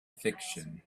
fiction